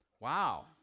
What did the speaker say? Wow